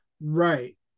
Right